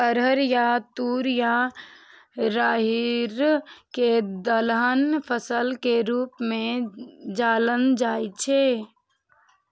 अरहर या तूर या राहरि कें दलहन फसल के रूप मे जानल जाइ छै